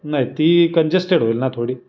नाही ती कंजेस्टेड होईल ना थोडी